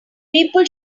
people